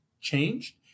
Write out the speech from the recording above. changed